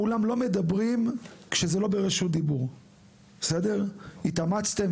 שאנחנו לא מוותרים על מימוש פוטנציאל בייצור מקומי,